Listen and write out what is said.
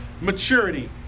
maturity